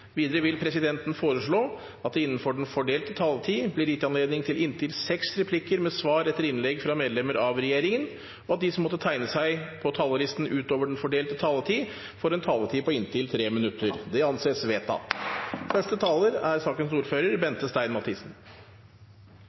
Videre vil presidenten foreslå at det – innenfor den fordelte taletid – blir gitt anledning til inntil seks replikker med svar etter innlegg fra medlemmer av regjeringen, og at de som måtte tegne seg på talerlisten utover den fordelte taletid, får en taletid på inntil 3 minutter. – Det anses vedtatt.